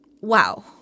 Wow